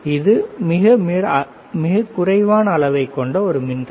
இது மிகக் குறைவான அளவை கொண்ட ஒரு மின்தடை